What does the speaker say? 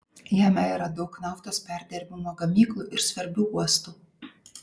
jame yra daug naftos perdirbimo gamyklų ir svarbių uostų